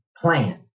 plan